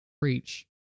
preach